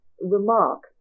remark